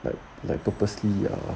like like purposely 呀